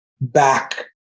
back